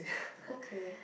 okay